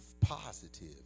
positive